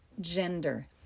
gender